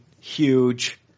huge